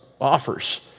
offers